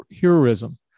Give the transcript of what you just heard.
heroism